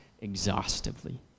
exhaustively